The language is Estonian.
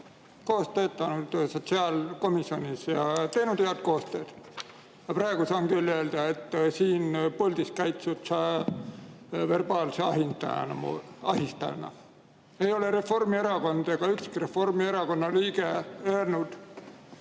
koos töötanud sotsiaalkomisjonis ja teinud head koostööd. Ma praegu saan küll öelda, et siin puldis käitud sa verbaalse ahistajana. Ei Reformierakond ega ükski Reformierakonna liige ei öelnud,